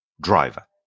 driver